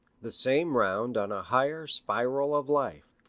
the same round on a higher spiral of life.